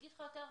יותר מזה,